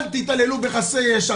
אל תתעללו בחסרי ישע.